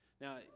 now